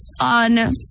on